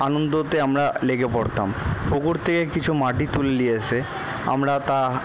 আনন্দতে আমরা লেগে পড়তাম ওপর থেকে কিছু মাটি তুলে নিয়ে এসে আমরা তা